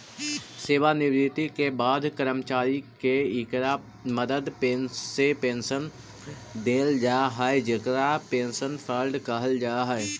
सेवानिवृत्ति के बाद कर्मचारि के इकरा मदद से पेंशन देल जा हई जेकरा पेंशन फंड कहल जा हई